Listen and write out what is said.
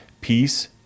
peace